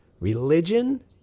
religion